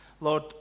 Lord